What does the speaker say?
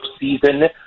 season